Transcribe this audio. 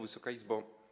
Wysoka Izbo!